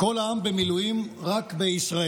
"כל העם במילואים, רק בישראל",